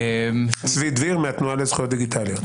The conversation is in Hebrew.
צבי דביר מהתנועה לזכויות דיגיטליות.